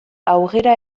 aurrera